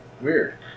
Weird